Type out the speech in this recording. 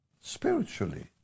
spiritually